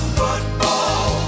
football